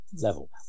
level